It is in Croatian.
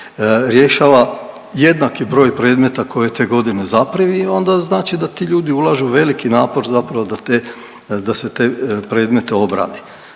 rješava jednaki broj predmeta koje je te godine zaprimio onda znači da ti ljudi ulažu veliki napor da se te predmete obradi.